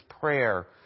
prayer